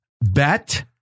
Bet